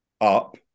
up